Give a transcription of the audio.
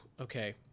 okay